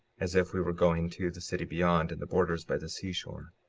as if we were going to the city beyond, in the borders by the seashore.